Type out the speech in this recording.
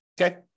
Okay